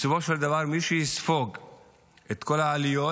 בסופו של דבר, מי שיספוג את כל העליות